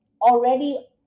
already